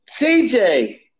CJ